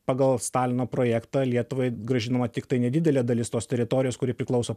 pagal stalino projektą lietuvai grąžinama tiktai nedidelė dalis tos teritorijos kuri priklauso